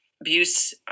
abuse